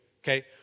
Okay